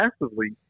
massively